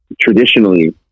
traditionally